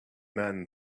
man